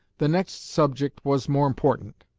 the next subject was more important,